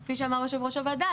כפי שאמר יושב ראש הוועדה,